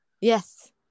Yes